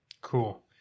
Cool